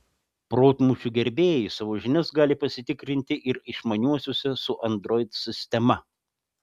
protmūšių gerbėjai savo žinias gali pasitikrinti ir išmaniuosiuose su android sistema